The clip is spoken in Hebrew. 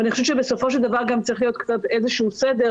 אבל אני חושבת שבסופו של דבר גם צריך להיות איזה שהוא סדר,